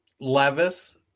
Levis